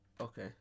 Okay